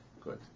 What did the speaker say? good